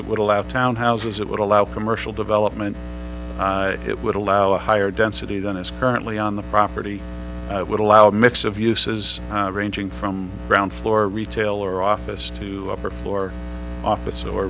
it would allow townhouses it would allow commercial development it would allow a higher density than is currently on the property would allow the mix of uses ranging from ground floor retail or office to for floor office or